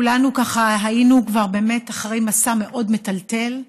כולנו כבר היינו אחרי מסע מאוד מטלטל,